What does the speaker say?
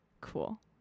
Cool